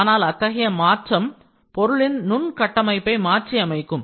ஆனால் அத்தகைய மாற்றம் பொருளின் நுண்கட்டமைப்பை மாற்றி அமைக்கும்